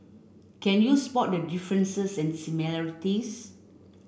can you spot the differences and similarities